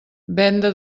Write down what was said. venda